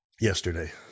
yesterday